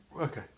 Okay